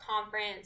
conference